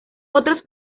otros